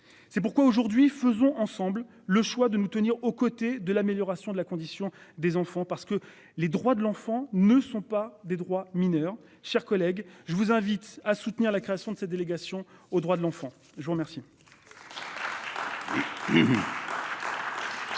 C'est pourquoi aujourd'hui, faisons ensemble le choix de nous tenir aux côtés de l'amélioration de la condition des enfants parce que les droits de l'enfant ne sont pas des droits mineurs chers collègues, je vous invite à soutenir la création de cette délégation aux droits de l'enfant. Je vous remercie.